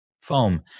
foam